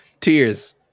Tears